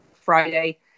Friday